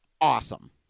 awesome